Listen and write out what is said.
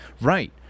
right